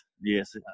Yes